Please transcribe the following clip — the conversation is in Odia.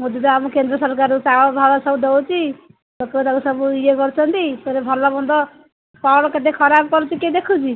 ମୋଦି ତ ଆମ କେନ୍ଦ୍ର ସରକାର ଚାଉଳଫାଉଳ ସବୁ ଦେଉଛି ଲୋକ ତାକୁ ସବୁ ଇଏ କରୁଛନ୍ତି ସେ ଭଲମନ୍ଦ କ'ଣ କେତେ ଖରାପ କରୁଛି କିଏ ଦେଖୁଛି